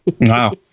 Wow